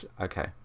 Okay